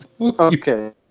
Okay